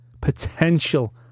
potential